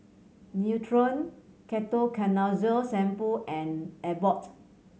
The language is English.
Nutren Ketoconazole Shampoo and Abbott